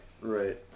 right